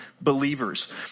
believers